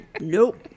Nope